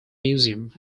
museum